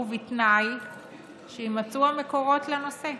ובתנאי שיימצאו המקורות לנושא.